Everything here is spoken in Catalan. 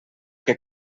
que